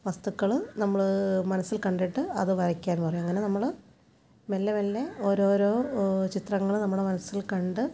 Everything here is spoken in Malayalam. വസ്തുക്കൾ നമ്മൾ മനസ്സിൽ കണ്ടിട്ട് അത് വരയ്ക്കാൻ പറയും അങ്ങനെ നമ്മൾ മെല്ലെ മെല്ലെ ഓരോരോ ചിത്രങ്ങൾ നമ്മുടെ മനസ്സിൽ കണ്ട്